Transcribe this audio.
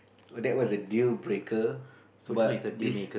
oh that was a dealmaker but this